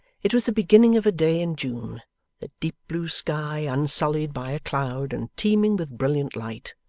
it was the beginning of a day in june the deep blue sky unsullied by a cloud, and teeming with brilliant light.